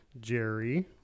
Jerry